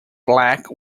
black